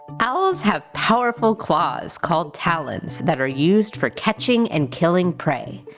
owls have powerful claws called talons that are used for catching and killing prey.